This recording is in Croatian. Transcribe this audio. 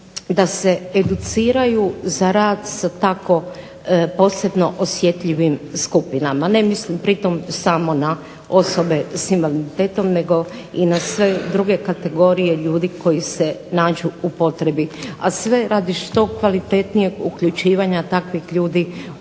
da se educiraju za rad sa tako posebno osjetljivim skupinama. Ne mislim pritom samo na osobe sa invaliditetom, nego i na sve druge kategorije ljudi koji se nađu u potrebi, a sve radi što kvalitetnijeg uključivanja takvih ljudi